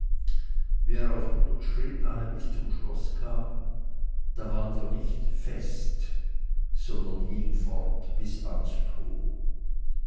er auf hundert schritt nahe bis zum schloß kam da ward er nicht fest sondern ging fort bis ans tor